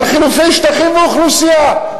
על חילופי שטחים ואוכלוסייה.